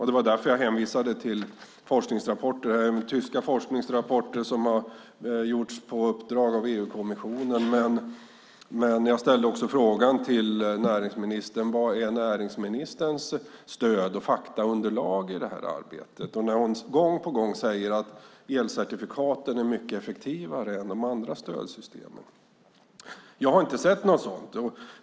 Det är därför som jag hänvisade till forskningsrapporter. Det är tyska forskningsrapporter som har gjorts på uppdrag av EU-kommissionen. Jag ställde också frågan till näringsministern: Vad är näringsministerns stöd och faktaunderlag i arbetet och när hon gång på gång säger att elcertifikaten är mycket effektivare än de andra stödsystemen? Jag har inte sett något sådant.